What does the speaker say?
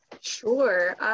Sure